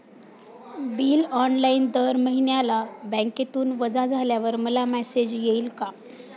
Bill online दर महिन्याला बँकेतून वजा झाल्यावर मला मेसेज येईल का?